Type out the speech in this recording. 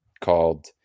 called